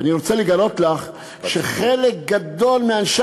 אני רוצה לגלות לך שחלק גדול מאנשי